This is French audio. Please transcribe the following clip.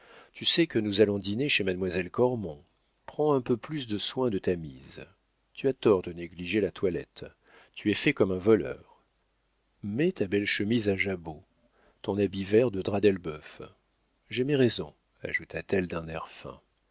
tu sais que nous allons dîner chez mademoiselle cormon prends un peu plus de soin de ta mise tu as tort de négliger la toilette tu es fait comme un voleur mets ta belle chemise à jabot ton habit vert de drap d'elbeuf j'ai mes raisons ajouta-t-elle d'un air fin